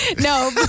No